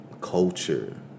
culture